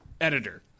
editor